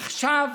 עכשיו,